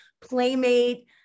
playmate